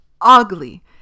Ugly